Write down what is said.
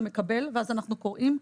גם מקבל ואז אנחנו קוראים,